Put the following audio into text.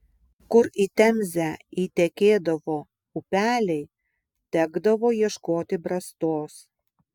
kur į temzę įtekėdavo upeliai tekdavo ieškoti brastos